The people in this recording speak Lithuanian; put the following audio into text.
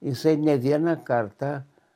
jisai ne vieną kartą